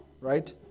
right